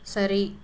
சரி